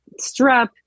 strep